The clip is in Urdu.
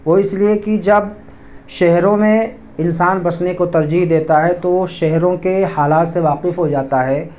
وہ اس لیے کہ جب شہروں میں انسان بسنے کو ترجیح دیتا ہے تو وہ شہروں کے حالات سے واقف ہو جاتا ہے